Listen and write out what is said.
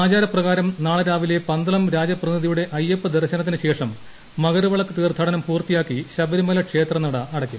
ആചാരപ്രകാരം നാളെ രാപ്പിലെ പന്തളം രാജ പ്രതിനിധിയുടെ അയ്യപ്പ ദർശനത്തിനു ശേഷം മകരവിളക്ക് തീർഥാടനം പൂർത്തിയാക്കി ശബരിമല ക്ഷേത്രനട അടക്കും